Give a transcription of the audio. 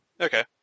Okay